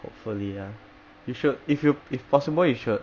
hopefully ya you sure if you if possible you should